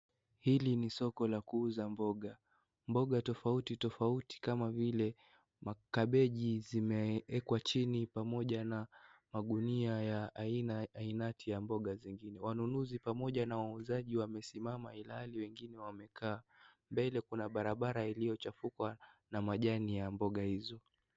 Hili ni soko la kuuza mboga. Mboga tofautitofauti kama vile makabeji zimewekwa chini pamoja na magunia ya aina ainati ya mboga zingine. Wanunuzi pamoja na wauzaji wamesimama ilhali wengine wamekaa. Mbele kuna barabara iliyochafuka na majani ya mboga hizo.